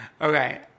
Okay